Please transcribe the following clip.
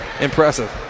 impressive